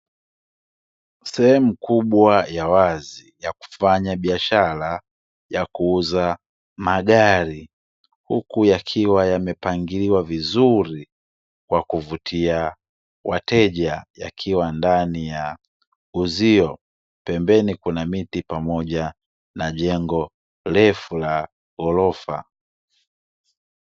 Sehemu kubwa ya wazi ya kufanya biashara ya kuuza magari, huku yakiwa yamepangiliwa vizuri kwa kuvutia wateja, yakiwa ndani ya uzio. Pembeni kuna miti pamoja na jengo refu la ghorofa.